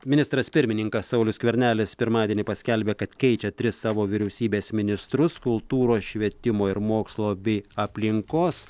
ministras pirmininkas saulius skvernelis pirmadienį paskelbė kad keičia tris savo vyriausybės ministrus kultūros švietimo ir mokslo bei aplinkos